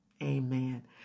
Amen